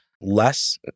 less